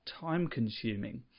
time-consuming